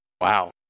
wow